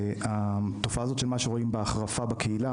והתופעה הזאת שרואים בהחרפה בקהילה,